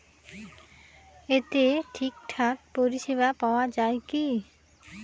এতে ঠিকঠাক পরিষেবা পাওয়া য়ায় কি?